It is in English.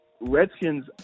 Redskins